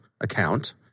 account